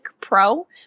Pro